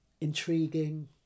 intriguing